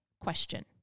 question